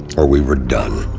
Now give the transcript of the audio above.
or we were done!